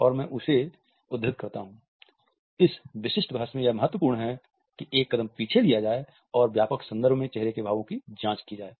और मैं उसे उद्धृत करता हूं इस विशिष्ट बहस में यह महत्वपूर्ण है कि एक कदम पीछे लिया जाए और व्यापक संदर्भ में चेहरे के भावों की जांच की जाए